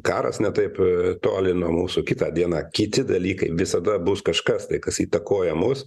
karas ne taip toli nuo mūsų kitą dieną kiti dalykai visada bus kažkas tai kas įtakoja mus